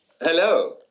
hello